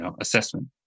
assessment